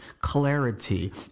clarity